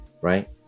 right